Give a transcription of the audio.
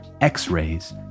x-rays